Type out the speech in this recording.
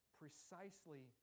precisely